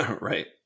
Right